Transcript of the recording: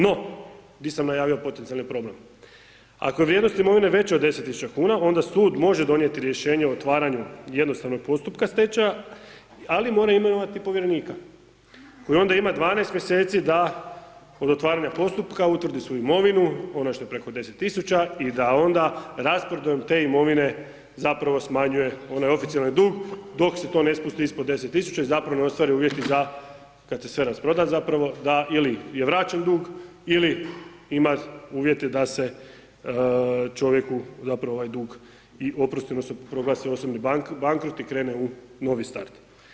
No, di sam najavio potencijali problem, ako je vrijednost imovine veća od 10.000 kuna onda sud može donijeti rješenje o otvaranju jednostavnog postupka stečaja, ali mora imati povjerenika koji onda ima 12 mjeseci da od otvaranja postupka utvrdi svu imovinu, ona što je preko 10.000 i da onda rasporedom te imovine zapravo smanjuje onaj oficijalni dug dok se to ne spusti ispod 10.000 i zapravo ne ostvare uvjeti za kad se sve rasproda zapravo da ili je vraćen dug ili ima uvjete da se čovjeku zapravo dug i oprosti odnosno proglasi osobni bankrot i krene u novi start.